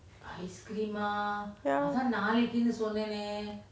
ya